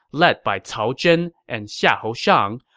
led by cao zhen and xiahou shang,